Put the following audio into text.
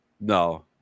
No